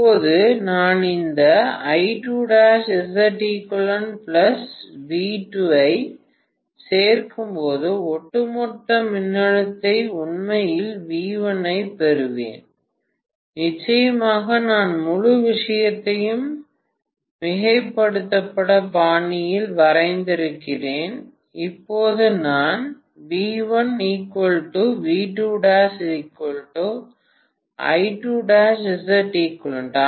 இப்போது நான் இந்த ஐச் சேர்க்கும்போது ஒட்டுமொத்த மின்னழுத்தத்தை உண்மையில் V1 பெறுவேன் நிச்சயமாக நான் முழு விஷயத்தையும் மிகைப்படுத்தப்பட்ட பாணியில் வரைந்திருக்கிறேன் இப்போது நான்